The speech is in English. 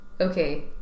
Okay